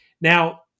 Now